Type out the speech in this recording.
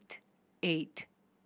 eight